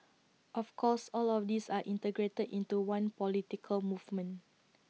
of course all of these are integrated into one political movement